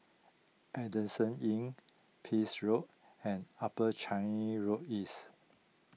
Adamson Inn Pepys Road and Upper Changi Road East